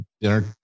dinner